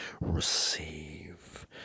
receive